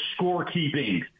scorekeeping